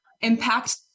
impact